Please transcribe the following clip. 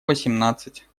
восемнадцать